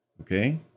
okay